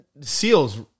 Seals